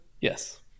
Yes